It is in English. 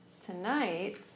tonight